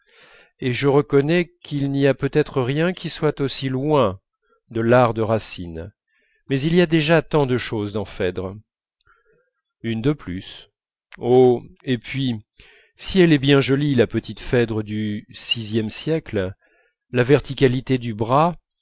et je reconnais qu'il n'y a peut-être rien qui soit aussi loin de l'art de racine mais il y a déjà tant déjà de choses dans phèdre une de plus oh et puis si elle est bien jolie la petite phèdre du vie siècle la verticalité du bras